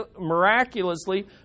miraculously